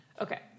Okay